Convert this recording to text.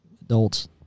adults